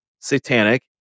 satanic